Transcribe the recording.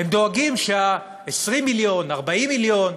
הם דואגים שה-20 מיליון, ה-40 מיליון,